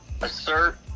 Assert